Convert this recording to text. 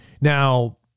Now